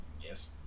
Yes